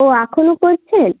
ও এখনও করছেন